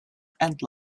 and